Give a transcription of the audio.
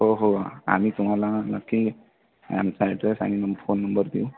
हो हो आम्ही तुम्हाला नक्की आमचा ॲड्रेस आणि नं फोन नंबर देऊ